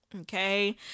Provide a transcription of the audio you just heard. Okay